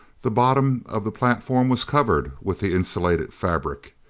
the bottom of the platform was covered with the insulated fabric.